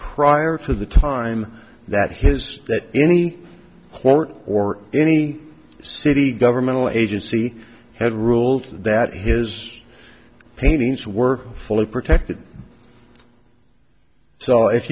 prior to the time that his any court or any city governmental agency had ruled that his paintings were fully protected so if